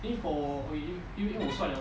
info